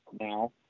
now